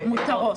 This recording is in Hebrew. מותרות.